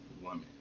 woman